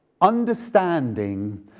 understanding